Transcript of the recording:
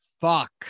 Fuck